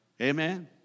Amen